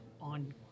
on